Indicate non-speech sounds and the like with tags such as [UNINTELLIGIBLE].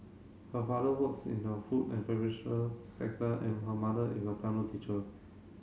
her father works in the food and [UNINTELLIGIBLE] sector and her mother is a piano teacher